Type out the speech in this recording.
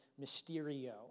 Mysterio